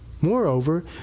Moreover